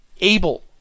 able